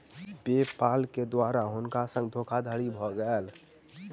पे पाल के द्वारा हुनका संग धोखादड़ी भ गेल